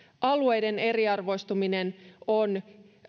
alueiden eriarvoistuminen on